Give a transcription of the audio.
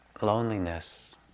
loneliness